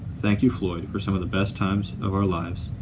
thank you, floyd, for some of the best times of our lives.